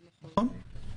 נכון.